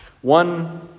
One